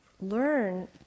learn